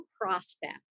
prospect